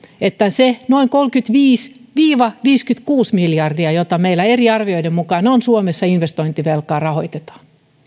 että se noin kolmekymmentäviisi viiva viisikymmentäkuusi miljardia jota meillä eri arvioiden mukaan on suomessa investointivelkaa rahoitetaan